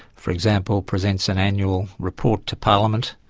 for example, presents an annual report to parliament,